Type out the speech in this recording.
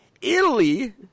Italy